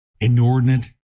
inordinate